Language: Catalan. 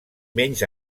menys